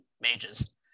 mages